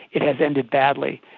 it has ended badly.